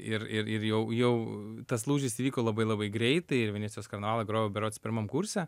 ir ir ir jau jau tas lūžis įvyko labai labai greitai ir venecijos kanalą grojau berods pirmam kurse